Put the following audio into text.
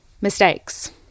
Mistakes